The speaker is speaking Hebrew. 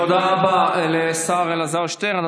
תודה רבה לשר אלעזר שטרן.